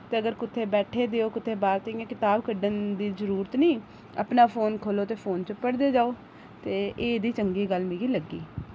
ते अगर कुत्थै बैठे दे ओ कुतै बाह्र ते इ'यां कताब कड्ढने दी जरूरत निं अपना फोन खोह्लो ते फोन च पढ़दे जाओ ते एह् इ'दी चंगी गल्ल मिगी लग्गी